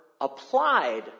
applied